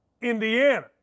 Indiana